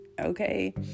Okay